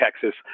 Texas